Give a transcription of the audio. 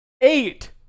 eight